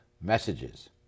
messages